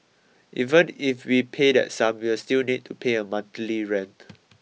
even if we pay that sum we will still need to pay a monthly rent